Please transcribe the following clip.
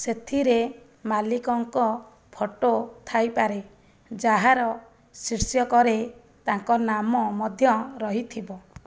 ସେଥିରେ ମାଲିକଙ୍କ ଫଟୋ ଥାଇପାରେ ଯାହାର ଶୀର୍ଷକରେ ତାଙ୍କ ନାମ ମଧ୍ୟ ରହିଥିବ